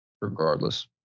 Regardless